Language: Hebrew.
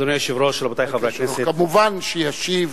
אדוני היושב-ראש, חברי הכנסת, מובן שישיב